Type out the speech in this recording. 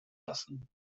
lassen